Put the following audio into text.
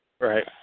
Right